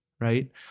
right